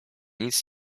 nic